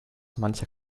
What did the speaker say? mancher